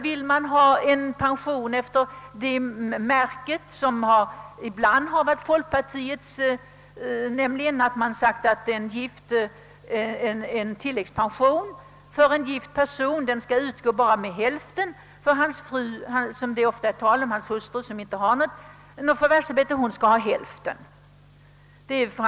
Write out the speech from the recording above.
Vill man ha en pension efter det märke som ibland varit folkpartiets, nämligen att en tilläggspension för gift person endast skall utgå med hälften, eftersom hans hustru, som inte har något förvärvsarbete, skall ha hälften?